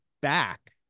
back